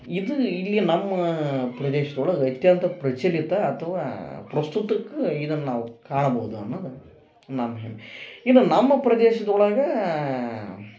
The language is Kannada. ಇದು ಇಲ್ಲಿ ನಮ್ಮ ಪ್ರದೇಶದೊಳಗ ಅತ್ಯಂತ ಪ್ರಚಲಿತ ಅಥ್ವಾ ಪ್ರಸ್ತುತಕ್ಕ ಇದನ್ನ ನಾವು ಕಾಣಬೋದು ಅನ್ನುದ ನನ್ನ ಹೆಮ್ಮೆ ಇದು ನಮ್ಮ ಪ್ರದೇಶದೊಳಗಾ